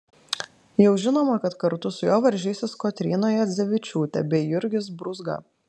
jau žinoma kad kartu su juo varžysis kotryna juodzevičiūtė bei jurgis brūzga